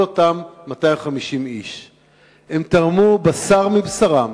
כל אותם 250. הם תרמו בשר מבשרם,